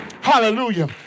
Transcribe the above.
Hallelujah